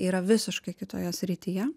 yra visiškai kitoje srityje